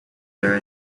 are